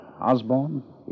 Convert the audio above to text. Osborne